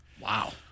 Wow